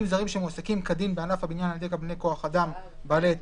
זרים שמועסקים כדין בענף הבניין על ידי קבלני כוח אדם בעלי היתרים,